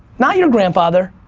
not your grandfather,